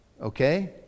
okay